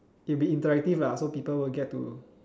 it'll be interactive lah so people will get to